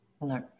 No